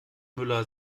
müller